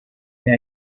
how